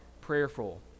prayerful